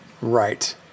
Right